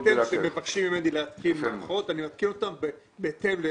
אני פתאום מפסיק לדבר ואני התייאשתי ועזבתי